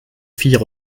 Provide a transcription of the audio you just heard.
filles